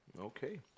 Okay